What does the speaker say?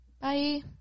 Bye